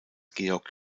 georg